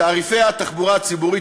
בתעריפי התחבורה הציבורית,